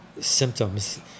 symptoms